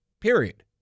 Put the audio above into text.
period